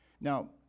Now